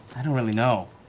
i don't really know,